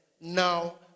Now